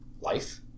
life